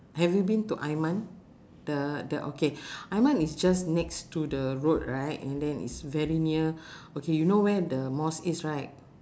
have you been to aiman the the okay aiman is just next to the road right and then it's very near okay you know where the mosque is right